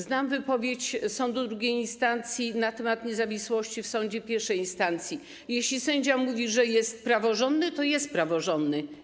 Znam wypowiedź sądu II instancji na temat niezawisłości w sądzie I instancji: jeśli sędzia mówi, że jest praworządny, to jest praworządny.